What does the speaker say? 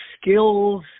skills